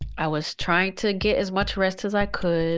i was trying to get as much rest as i could